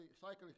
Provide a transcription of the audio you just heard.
cyclic